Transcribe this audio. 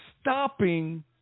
stopping